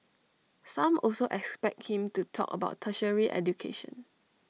some also expect him to talk about tertiary education